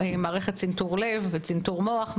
מערכת צנתור לב וצנתור מוח,